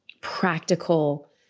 practical